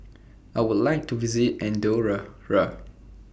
I Would like to visit Andorra Ra